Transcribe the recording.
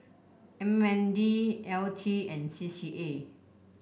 M N D L T and C C A